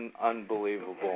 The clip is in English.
unbelievable